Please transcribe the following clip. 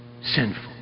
sinful